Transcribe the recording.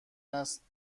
است